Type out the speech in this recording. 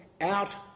out